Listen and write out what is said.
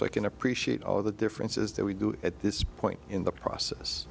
so i can appreciate all the differences that we do at this point in the process